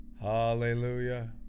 hallelujah